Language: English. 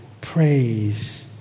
praise